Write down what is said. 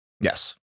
Yes